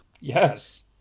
yes